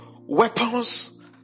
weapons